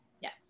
Yes